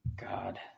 God